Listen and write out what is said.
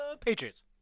Patriots